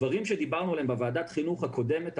דברים שדיברנו עליהם בוועדת חינוך הקודמת,